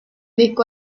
disco